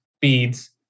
beads